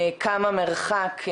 כמה מרחק,